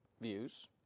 views